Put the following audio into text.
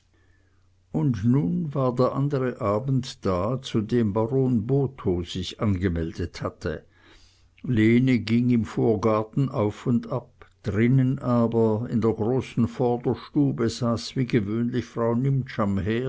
und nun war der andre abend da zu dem baron botho sich angemeldet hatte lene ging im vorgarten auf und ab drinnen aber in der großen vorderstube saß wie gewöhnlich frau